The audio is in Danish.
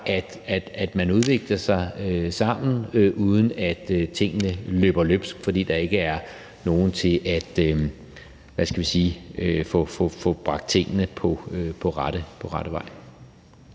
at man udvikler sig sammen, uden at tingene løber løbsk, fordi der ikke er nogen til at få bragt tingene på rette vej.